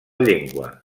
llengua